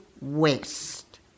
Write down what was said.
west